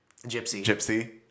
Gypsy